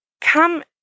come